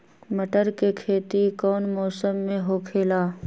मटर के खेती कौन मौसम में होखेला?